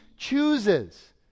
chooses